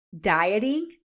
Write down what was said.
dieting